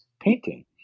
painting